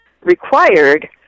required